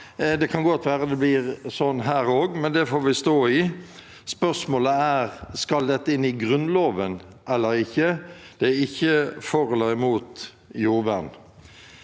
Det kan godt være det blir slik her også, med det får jeg stå i. Spørsmålet er: Skal dette inn i Grunnloven eller ikke? Spørsmålet er ikke for eller imot jordvern.